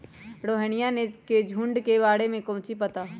रोहिनया के झुंड के बारे में कौची पता हाउ?